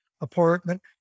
apartment